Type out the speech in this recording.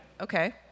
Okay